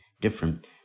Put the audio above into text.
different